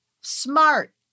Smart